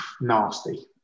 nasty